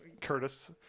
Curtis